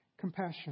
Compassion